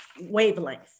wavelength